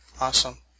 awesome